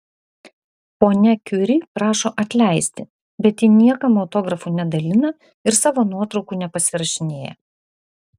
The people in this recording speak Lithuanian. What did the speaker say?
ponia kiuri prašo atleisti bet ji niekam autografų nedalija ir savo nuotraukų nepasirašinėja